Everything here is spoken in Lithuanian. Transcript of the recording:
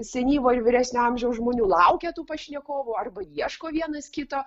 senyvo ir vyresnio amžiaus žmonių laukia tų pašnekovų arba ieško vienas kito